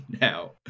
now